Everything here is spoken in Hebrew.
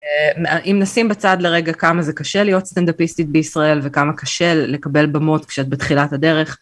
אם נשים בצד לרגע כמה זה קשה להיות סטנדאפיסטית בישראל, וכמה קשה לקבל במות כשאת בתחילת הדרך.